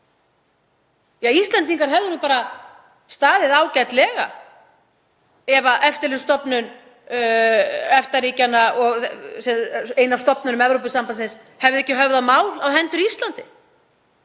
Við Íslendingar hefðum nú bara staðið ágætlega ef Eftirlitsstofnun EFTA-ríkjanna og ein af stofnunum Evrópusambandsins hefði ekki höfðað mál á hendur Íslandi.